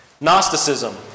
Gnosticism